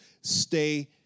stay